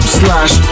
slash